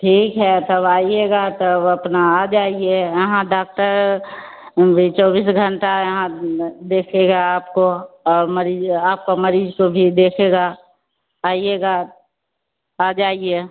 ठीक है तब आइएगा तब अपना आजाएंगे यहां डाक्टर भी चोबीस घंटा यहां देखेगा आपको मरीज आप को मरीज को भी देखेगा आइएगा आ जाएं